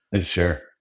Sure